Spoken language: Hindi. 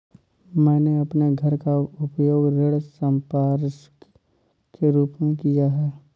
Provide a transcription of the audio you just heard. मैंने अपने घर का उपयोग ऋण संपार्श्विक के रूप में किया है